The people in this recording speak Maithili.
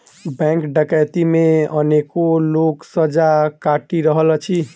बैंक डकैती मे अनेको लोक सजा काटि रहल अछि